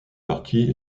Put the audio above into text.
partie